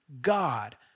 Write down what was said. God